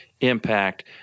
impact